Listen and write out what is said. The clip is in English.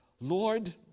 Lord